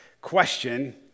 question